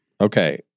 Okay